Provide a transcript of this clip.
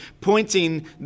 pointing